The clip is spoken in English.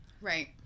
Right